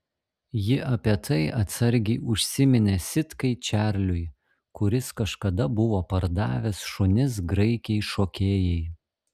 ji apie tai atsargiai užsiminė sitkai čarliui kuris kažkada buvo pardavęs šunis graikei šokėjai